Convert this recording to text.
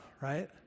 right